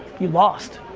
you lost.